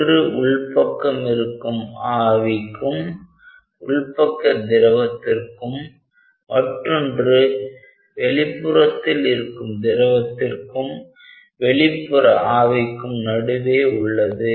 ஒன்று உள்பக்கம் இருக்கும் ஆவிக்கும் உள்பக்க திரவத்திற்கும் மற்றொன்று வெளிப்புறத்தில் இருக்கும் திரவத்திற்கும் வெளிப்புற ஆவிக்கும் நடுவே உள்ளது